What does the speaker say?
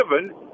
given